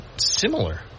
similar